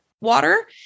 water